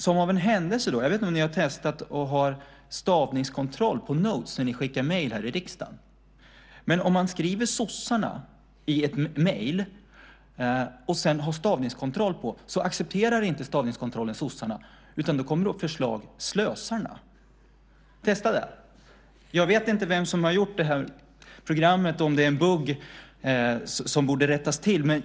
Jag vet inte om ni testat stavningskontrollen på Notes när ni skickar mejl här i riksdagen. Om man skriver ordet "sossarna" i ett mejl och har stavningskontrollen på accepterar inte stavningskontrollen "sossarna", utan det kommer upp ett förslag, "slösarna". Testa det. Jag vet inte vem som har gjort programmet eller om det är en bugg som borde rättas till.